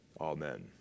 amen